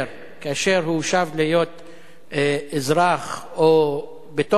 כאשר הוא שב להיות אזרח בתוך מדינת ישראל,